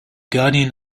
guardian